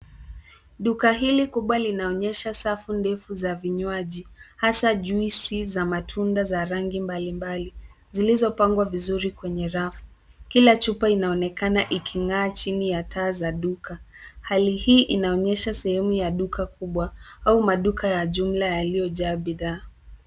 Duka hili kubwa linaonyesha safu ndefu za vinywaji, hasa juisi za matunda za rangi mbalimbali, zilizopangwa vizuri kwenye rafu. Kila chupa inaonekana iking'aa chini ya taa za duka. Hali hii inaonyesha sehemu ya duka kubwa, au maduka ya jumla yaliojaa bidhaa.